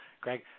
Greg